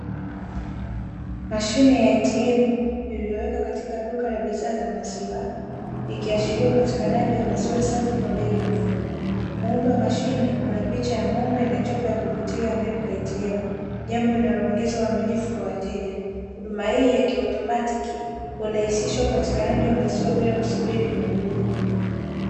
Mashine ya "ATM" iliyowekwa katika duka la bidhaa za maziwa, ikiashiria upatikanaji wa maziwa safi kwa bei nafuu. Muundo wa mashine una picha ya ng'ombe na chapa ya kuvutia "MILK ATM " jambo linaloongeza uaminifu kwa wateja. Huduma hii ya kiautomatiki hurahisisha upatikanaji wa maziwa bila kusubiri muhudumu.